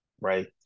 right